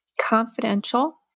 confidential